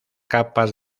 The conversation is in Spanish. capas